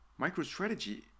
MicroStrategy